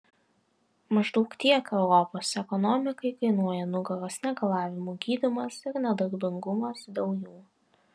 maždaug tiek europos ekonomikai kainuoja nugaros negalavimų gydymas ir nedarbingumas dėl jų